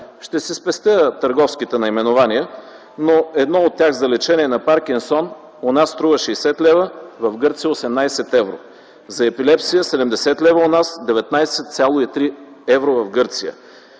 Ще си спестя търговските наименования, но едно от тях за лечение на паркинсон у нас струва 60,00 лв., а в Гърция 18 евро; за епилепсия 70 лв. у нас, а в Гърция